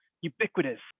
ubiquitous